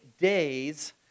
days